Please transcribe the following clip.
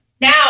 now